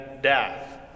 death